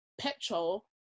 petrol